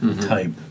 type